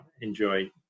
enjoy